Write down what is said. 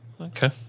Okay